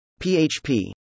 PHP